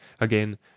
Again